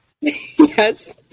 Yes